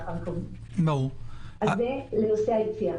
זה לנושא היציאה.